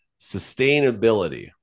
sustainability